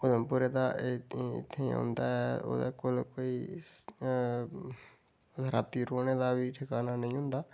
उधमपुरा दा इत्थै औंदा ऐ ओह्दे कोल कोई रातीं रौह्ने दा बी ठिकाना नेईं होंदा